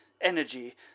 Energy